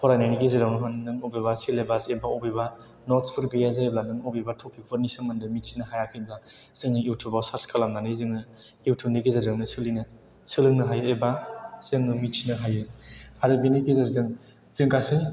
फरायनायनि गेजेरावनो होन नों बबेबा सिलेबास एबा बबेबा न'ट्स फोर गैया जायोब्ला नों बबेबा टपिक फोरनि सोमोन्दै मिथिनो हायाखैब्ला जोङो युटुब आव सार्स खालामनानै जोङो युटुब नि गेजेरजों सोलोंनो हायो एबा जोङो मिथिनो हायो आरो बेनि गेजेरजों जों गासै